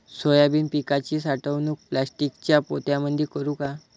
Soybean पिकाची साठवणूक प्लास्टिकच्या पोत्यामंदी करू का?